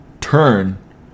turn